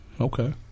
Okay